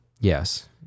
Yes